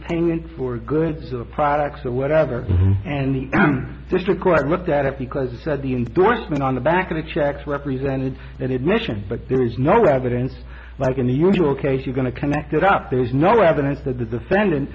payment for goods products or whatever and the district court looked at it because it said the influence been on the back of the checks represented an admission but there is no evidence like in the usual case you're going to connect it up there's no evidence that the defendant